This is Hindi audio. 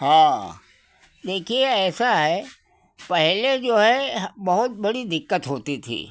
हाँ देखिए ऐसा है पहले जो है हाँ बहुत बड़ी दिक्कत होती थी